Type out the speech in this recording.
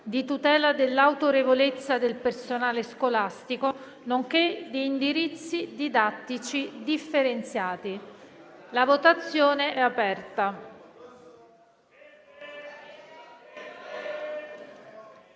di tutela dell'autorevolezza del personale scolastico nonché di indirizzi didattici differenziati». *(Segue la